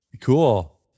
Cool